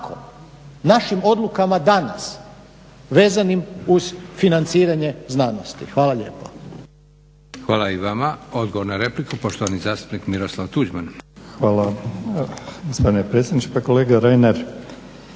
našim odlukama danas vezanim uz financiranje znanosti. Hvala lijepo.